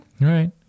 right